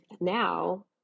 now